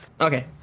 Okay